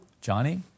Johnny